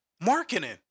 Marketing